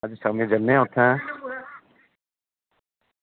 ते आं शामीं जन्ने आं उत्थें